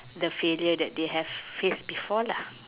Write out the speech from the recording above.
the failure that they have faced before lah